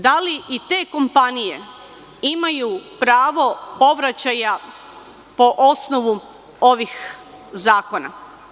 Da li i te kompanije imaju pravo povraćaja poosnovu ovih zakona?